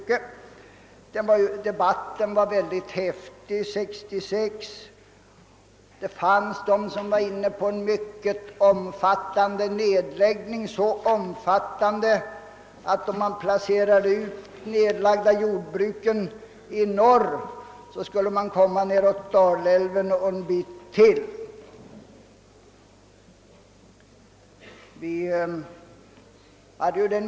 År 1966 var debatten väldigt häftig, och det fanns de som var inne på tanken på en mycket omfattande nedläggning av jordbruk, så omfattande att om man i en rad norrifrån lade ut de jordbruk, som skulle nedläggas i norr, skulle denna sträcka sig en bit nedom Dalälven.